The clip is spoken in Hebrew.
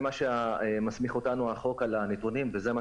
זה מה שמסמיך אותנו החוק על הנתונים זה מה